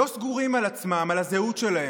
לא סגורים על עצמם, על הזהות שלהם,